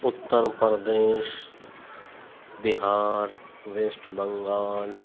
Uttar Pradesh Bihar west Bengal